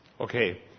Okay